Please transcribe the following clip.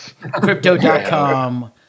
Crypto.com